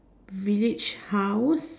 village house